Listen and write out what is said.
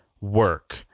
work